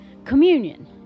communion